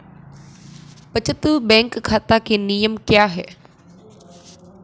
बचत बैंक खाता के नियम क्या हैं?